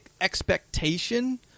expectation